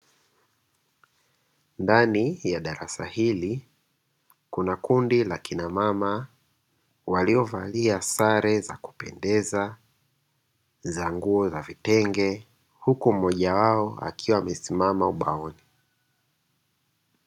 Ndani ya darasa hili, kuna kundi la kina mama walio valia sare za kupendeza za nguo za vitenge, huku mmoja wao akiwa amesimama ubaoni.